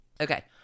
Okay